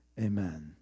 Amen